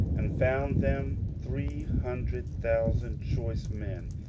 and found them three hundred thousand choice men,